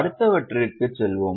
அடுத்தவற்றிற்கு செல்வோம்